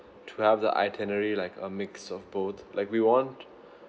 to have the itinerary like a mix of both like we want